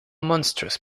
monstrous